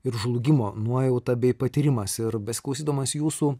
ir žlugimo nuojauta bei patyrimas ir beskaitydamas jūsų